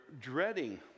dreading